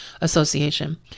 Association